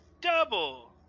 double